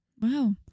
wow